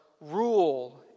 rule